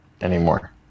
anymore